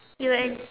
it will end